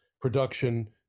production